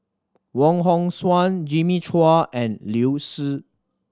Wong Hong Suen Jimmy Chua and Liu Si